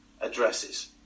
addresses